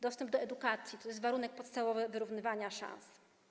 Dostęp do edukacji to jest warunek podstawowy wyrównywania szans.